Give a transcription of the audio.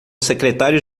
secretário